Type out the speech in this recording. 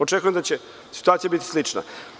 Očekujem da će situacija biti slična.